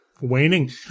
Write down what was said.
waning